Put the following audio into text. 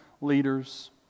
leaders